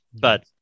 but-